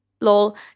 Lol